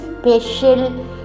special